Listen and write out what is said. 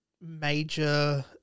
major